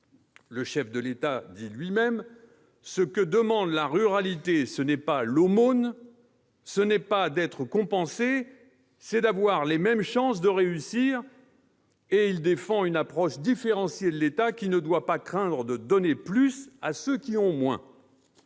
des élus. Selon ses termes, « ce que demande la ruralité, ça n'est pas l'aumône, ça n'est pas d'être compensé, c'est d'avoir les mêmes chances de réussir », et il défend une approche « différenciée » de l'État, qui « ne doit pas craindre de donner plus à ceux qui ont moins